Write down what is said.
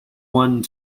one